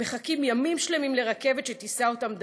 מחכים ימים שלמים לרכבת שתישא אותם דרומה.